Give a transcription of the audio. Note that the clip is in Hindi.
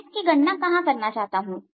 मैं इसकी गणना कहां करना चाहता हूं